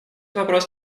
вопрос